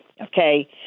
okay